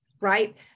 right